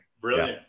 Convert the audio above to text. Brilliant